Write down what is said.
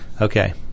Okay